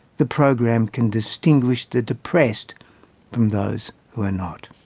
the program can distinguish the depressed from those who are not.